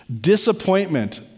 disappointment